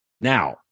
Now